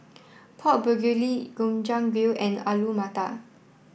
Pork Bulgogi Gobchang Gui and Alu Matar